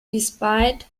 despite